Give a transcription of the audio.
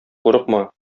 курыкма